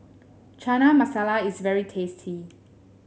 Chana Masala is very tasty